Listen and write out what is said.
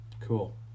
Cool